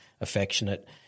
affectionate